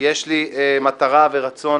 יש לי מטרה ורצון